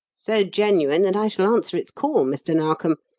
so genuine that i shall answer its call, mr. narkom,